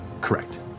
Correct